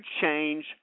change